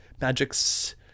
magics